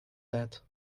that